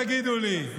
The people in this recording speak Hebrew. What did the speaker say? תגידו לי,